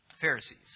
Pharisees